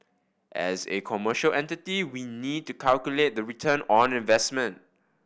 as A commercial entity we need to calculate the return on investment